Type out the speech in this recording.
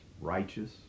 righteous